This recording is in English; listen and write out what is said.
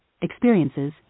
experiences